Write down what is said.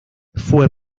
fue